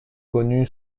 connu